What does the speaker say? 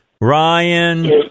Ryan